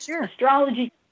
astrology